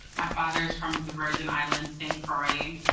my father's from the virgin islands, st. croix.